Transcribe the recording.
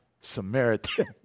Samaritan